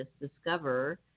discover